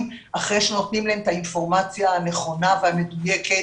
אחרי שנותנים להם את האינפורמציה הנכונה והמדויקת